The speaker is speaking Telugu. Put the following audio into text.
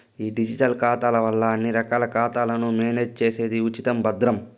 ఈ డిజిటల్ ఖాతాల వల్ల అన్ని రకాల ఖాతాలను మేనేజ్ చేసేది ఉచితం, భద్రం